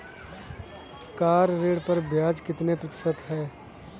Car ऋण पर ब्याज कितने प्रतिशत है?